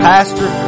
Pastor